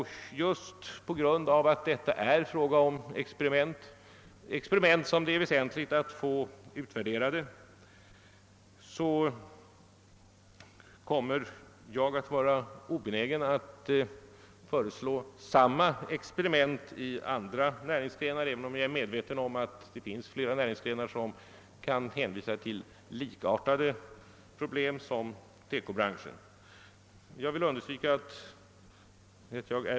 Just på grund av att det är fråga om experiment, som det är väsentligt att få utvärderade, kommer jag att vara obenägen att föreslå samma experiment i andra näringsgrenar, även om jag är medveten om att det finns flera näringsgrenar som kan hänvisa till likartade problem med TEKO-branschens.